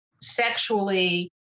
sexually